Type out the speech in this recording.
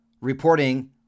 reporting